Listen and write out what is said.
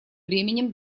бременем